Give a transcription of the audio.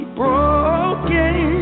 broken